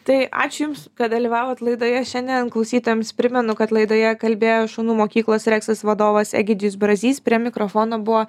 tai ačiū jums kad dalyvavot laidoje šiandien klausytojams primenu kad laidoje kalbėjo šunų mokyklos reksas vadovas egidijus brazys prie mikrofono buvo